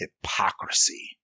hypocrisy